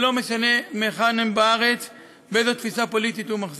זה לא משנה מהיכן הוא בארץ או באיזו תפיסה פוליטית הוא מחזיק.